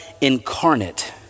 incarnate